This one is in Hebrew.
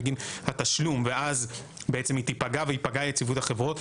בגין התשלום ואז בעצם היא תיפגע ותיפגע יציבות החברות,